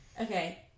Okay